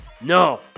no